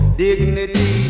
dignity